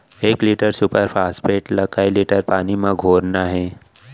एक litre super phosphate ला कए लीटर पानी मा घोरना हे?